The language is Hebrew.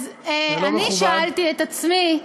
אז אני שאלתי את עצמי,